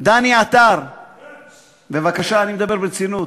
דני עטר, בבקשה, אני מדבר ברצינות.